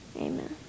Amen